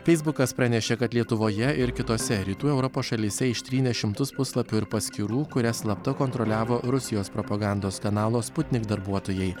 feisbukas pranešė kad lietuvoje ir kitose rytų europos šalyse ištrynė šimtus puslapių ir paskyrų kurias slapta kontroliavo rusijos propagandos kanalo sputnik darbuotojai